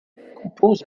décompose